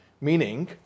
Meaning